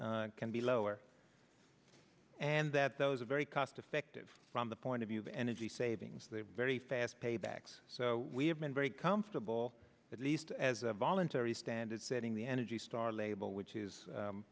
can be lower and that those are very cost effective from the point of view of energy savings they are very fast paybacks so we have been very comfortable at least as a voluntary standard setting the energy star label which is